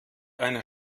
eine